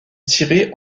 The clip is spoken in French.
tirées